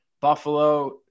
Buffalo